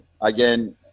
again –